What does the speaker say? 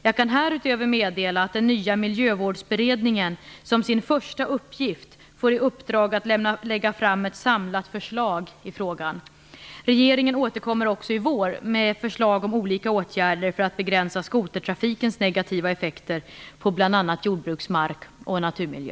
Jag kan härutöver meddela att den nya Miljövårdsberedningen som sin första uppgift får i uppdrag att lägga fram ett samlat förslag i frågan. Regeringen återkommer också i vår med förslag om olika åtgärder för att begränsa skotertrafikens negativa effekter på bl.a. jordbruksmark och naturmiljö.